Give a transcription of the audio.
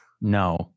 No